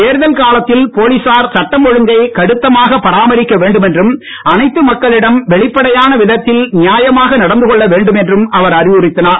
தேர்தல் காலத்தில் போலீசார் சட்டம் ஒழுங்கை கடுத்தமாக பராமரிக்க வேண்டும் என்றும் அனைத்து மக்களிடம் வெளிப்படையான விதத்தில் நியாயமாக நடந்து கொள்ள வேண்டும் என்றும் அவர் அறிவுறுத்தினார்